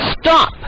stop